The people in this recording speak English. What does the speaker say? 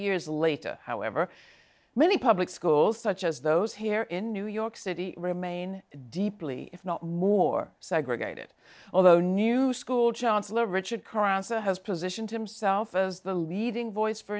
years later however many public schools such as those here in new york city remain deeply if not more segregated although new school chancellor richard crown so has positioned himself as the leading voice for